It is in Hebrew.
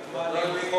ותמ"לים,